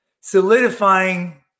solidifying